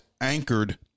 anchored